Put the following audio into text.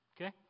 okay